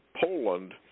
Poland